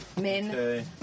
Men